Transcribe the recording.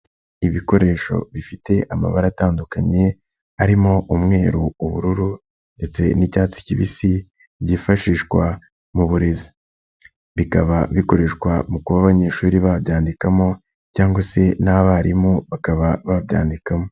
Ibikoresho bifite amabara atandukanye, arimo umweru, ubururu ndetse n'icyatsi kibisi, byifashishwa mu burezi. Bikaba bikoreshwa mu kuba abanyeshuri babyandikamo cyangwa se n'abarimu bakaba babyandikamo.